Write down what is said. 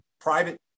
private